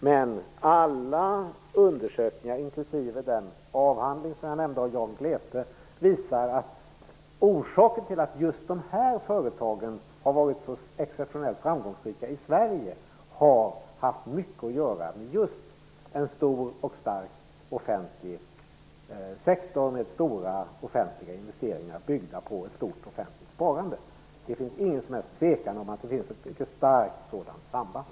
Men alla undersökningar, inklusive den avhandling av Jan Glete som jag nämnde, visar att orsaken till att just de här företagen har varit så exceptionellt framgångsrika i Sverige har haft mycket att göra med en stor och stark offentlig sektor med stora offentliga investeringar byggda på ett stort offentligt sparande. Det råder ingen som helst tvekan om att det finns ett mycket starkt sådant samband.